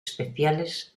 especiales